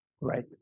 right